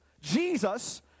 Jesus